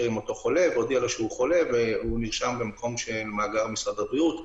והודיעה להם שהם חולים והם נרשמים במאגר משרד הבריאות.